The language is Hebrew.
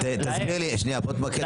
תסביר לי, שנייה, בוא תמקד אותי.